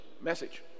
Message